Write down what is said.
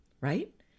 Right